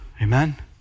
Amen